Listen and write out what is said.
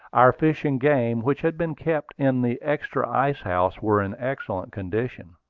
our fish and game which had been kept in the extra ice-house were in excellent condition.